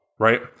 Right